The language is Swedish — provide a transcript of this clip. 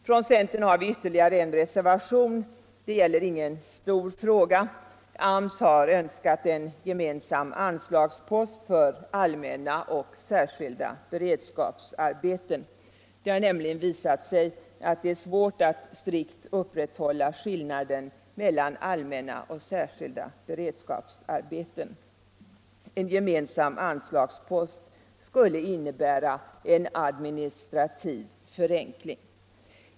Från centern har vi ytterligare en reservation. Det gäller ingen stor fråga. AMS har önskat en gemensam anslagspost för allmänna och särskilda beredskapsarbeten. Det har nämligen visat sig svårt att strikt upprätthålla skillnaden mellan allmänna och särskilda beredskapsarbeten. En gemensam anslagspost skulle innebära en administrativ förenkling.